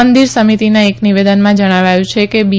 મંદિર સમિતિના એક નિવેદનમાં જણાવાયું છે કે બી